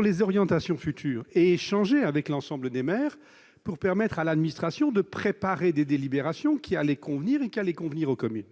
les orientations futures et échanger avec l'ensemble des maires, ce qui permettait à l'administration de préparer des délibérations qui conviennent aux communes.